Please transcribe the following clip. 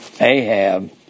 Ahab